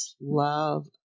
Love